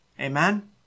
Amen